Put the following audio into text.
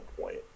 point